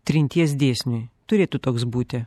trinties dėsniui turėtų toks būti